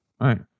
Right